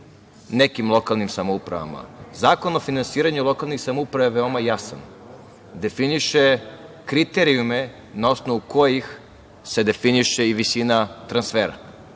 nekim lokalnim samoupravama, a Zakon o finansiranju lokalnih samouprava je veoma jasan, definiše kriterijume na osnovu kojih se definiše i visina transfera.